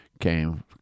came